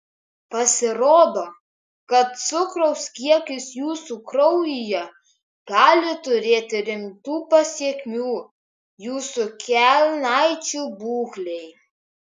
pasirodo kad cukraus kiekis jūsų kraujyje gali turėti rimtų pasekmių jūsų kelnaičių būklei